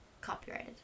copyrighted